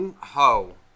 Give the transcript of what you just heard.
ho